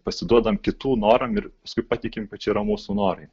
pasiduodam kitų noram ir paskui patikim kad čia yra mūsų norai